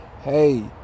hey